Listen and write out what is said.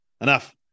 enough